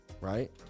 right